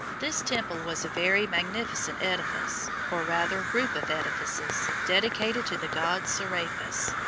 this temple was a very magnificent edifice, or, rather, group of edifices, dedicated to the god serapis.